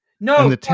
No